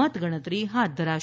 મત ગણતરી હાથ ધરાશે